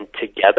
together